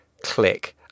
click